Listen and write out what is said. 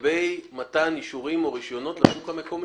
לגבי מתן אישורים או רישיונות לשוק המקומי.